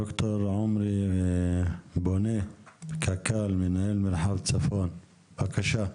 דוקטור עמרי בונה, מנהל מרחב צפון בקק"ל.